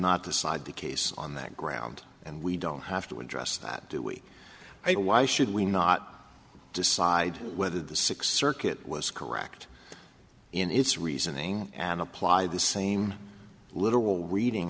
not decide the case on that ground and we don't have to address that do we know why should we not decide whether the sixth circuit was correct in its reasoning and apply the same literal reading